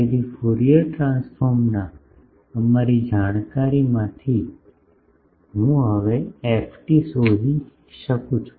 તેથી ફ્યુરિયર ટ્રાન્સફોર્મના અમારા જાણકારી માંથી હું હવે ft શોધી શકું છું